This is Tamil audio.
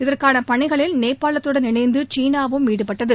இதற்கான பணிகளில் நேபாளத்துடன் இணைந்து சீனாவும் ஈடுபட்டது